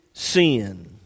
sin